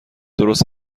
درست